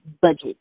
budget